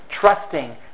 trusting